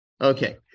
Okay